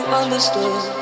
understood